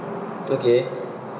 okay